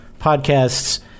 podcasts